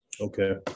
Okay